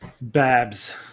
Babs